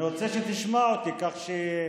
אני רוצה שתשמע אותי, כך,